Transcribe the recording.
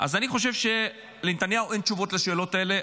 אני חושב שלנתניהו אין תשובות על השאלות האלה.